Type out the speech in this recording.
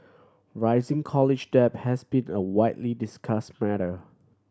rising college debt has been a widely discussed matter